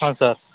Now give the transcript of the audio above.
ହଁ ସାର୍